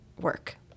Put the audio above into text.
work